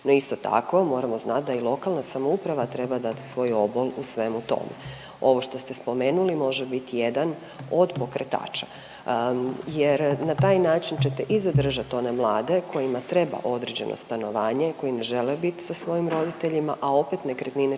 no isto tako moramo znat da i lokalna samouprava treba dat svoj obol u svemu tome. Ovo što ste spomenuli može biti jedan od pokretača jer na taj način ćete i zadržat one mlade kojima treba određeno stanovanje, koji ne žele bit sa svojim roditeljima, a opet nekretnine ćemo